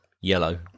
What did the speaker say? yellow